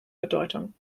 bedeutung